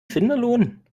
finderlohn